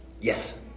yes